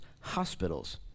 hospitals